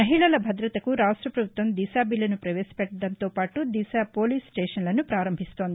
మహిళల భద్రతకు రాష్ట్ర ప్రభుత్వం దిశా బిల్లను పవేశపెట్టడంతోపాటు దిశా పోలీస్స్టేషన్లను పారంభిస్తోంది